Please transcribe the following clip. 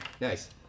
Nice